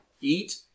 eat